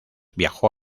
viajó